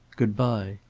good-bye.